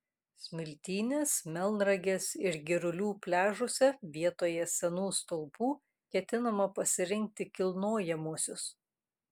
smiltynės melnragės ir girulių pliažuose vietoje senų stulpų ketinama pasirinkti kilnojamuosius